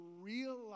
realize